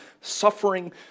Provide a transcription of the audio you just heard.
suffering